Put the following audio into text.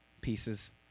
pieces